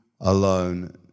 alone